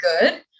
good